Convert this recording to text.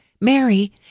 Mary